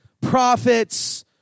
prophets